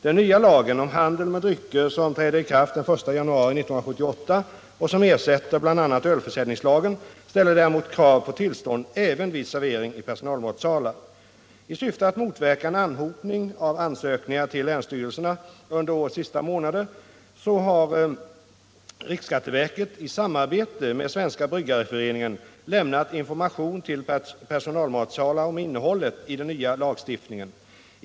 Den nya lagen om handel med drycker som träder i kraft den 1 januari 1978 och som ersätter bl.a. ölförsäljningslagen ställer däremot krav på tillstånd även vid servering i personalmatsalar. I syfte att motverka en anhopning av ansökningar till länsstyrelserna under årets sista månader har riksskatteverket i samarbete med Svenska bryggareföreningen lämnat information till personalmatsalar om innehållet i den nya lagstiftningen.